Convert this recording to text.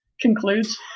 concludes